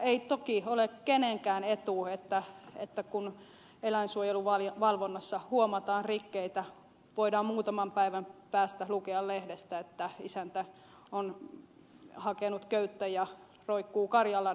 ei toki ole kenenkään etu että kun eläinsuojeluvalvonnassa huomataan rikkeitä voidaan muutaman päivän päästä lukea lehdestä että isäntä on hakenut köyttä ja roikkuu karjaladossa